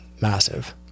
massive